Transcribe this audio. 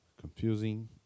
confusing